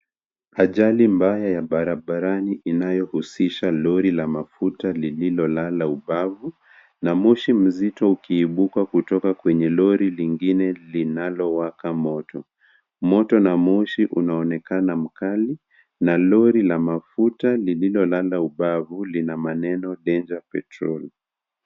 Ajali mbaya ya barabarani inayohusisha lori la mafuta lililolala ubavu na moshi mzito ukiibuka kutoka kwenye lori lingine linalowaka moto. Moto na moshi unaonekana mkali na lori la mafuta lililolala ubavu lina maneno danger petrol .